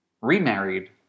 remarried